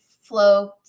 flow